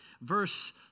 verse